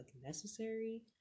necessary